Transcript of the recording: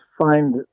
find